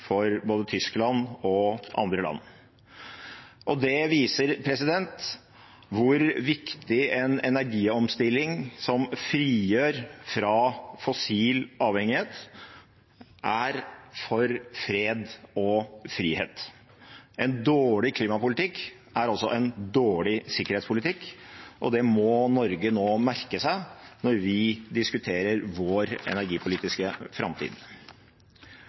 for både Tyskland og andre land. Det viser hvor viktig en energiomstilling som frigjør fra, er for fred og frihet. En dårlig klimapolitikk er altså en dårlig sikkerhetspolitikk, og det må vi i Norge nå merke oss når vi diskuterer vår energipolitiske framtid.